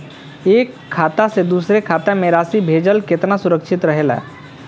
एक खाता से दूसर खाता में राशि भेजल केतना सुरक्षित रहेला?